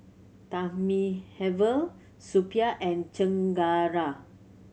Thamizhavel Suppiah and Chengara